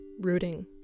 rooting